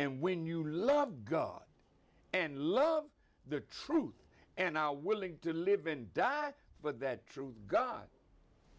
and when you love god and love the truth and now willing to live and die but that true god